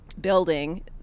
building